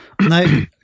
No